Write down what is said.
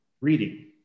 reading